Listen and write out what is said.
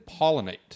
pollinate